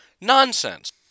Nonsense